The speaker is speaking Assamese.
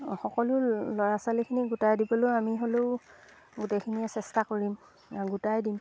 সকলো ল'ৰা ছোৱালীখিনি গোটাই দিবলৈয়ো আমি হ'লেও গোটেইখিনিয়ে চেষ্টা কৰিম আৰু গোটাই দিম